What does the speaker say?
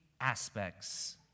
aspects